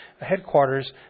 headquarters